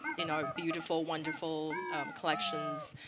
in our beautiful, wonderful collections.